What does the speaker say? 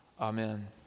Amen